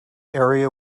area